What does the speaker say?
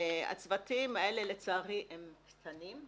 הצוותים האלה לצערי הם קטנים,